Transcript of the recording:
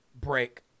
break